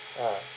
ah